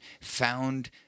found